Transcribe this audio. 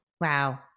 Wow